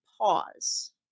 pause